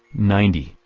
ninety,